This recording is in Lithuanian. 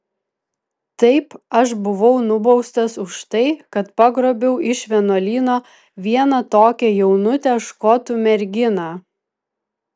taip aš buvau nubaustas už tai kad pagrobiau iš vienuolyno vieną tokią jaunutę škotų merginą